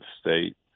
state